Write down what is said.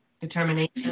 determination